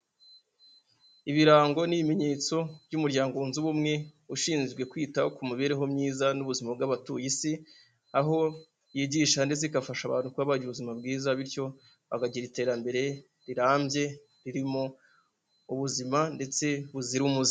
Ibirango n'ibimenyetso by'umuryango wunze ubumwe ushinzwe kwita ku mibereho myiza n'ubuzima bw'abatuye Isi, aho yigisha ndetse igafasha abantu kuba bagira ubuzima bwiza bityo bakagira iterambere rirambye ririmo ubuzima ndetse buzira umuze.